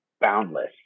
boundless